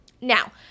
Now